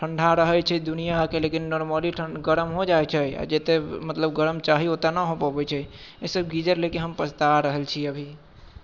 ठण्डा रहैत छै दुनिआँके लेकिन नोर्मली ठन गरम हो जाइत छै आओर जतेक मतलब गरम चाही ओतेक न हो पबैत छै एहिसँ गीजर लऽ कऽ हम पछता रहल छी अभी